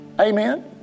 Amen